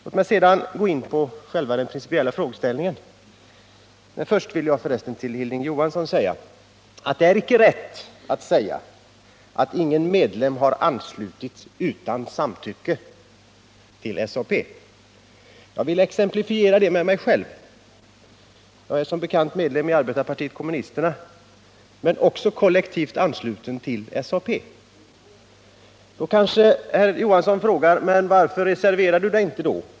Låt mig sedan gå in på den principiella frågeställningen. Först vill jag emellertid säga till Hilding Johansson att det inte är rätt att säga att ingen medlem har anslutits till SAP utan samtycke. Jag vill exemplifiera med mitt eget fall. Som bekant är jag medlem i arbetarpartiet kommunisterna men också kollektivt ansluten till SAP. Då kanske herr Johansson frågar: Men varför reserverar ni er inte då?